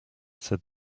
said